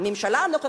הממשלה הנוכחית,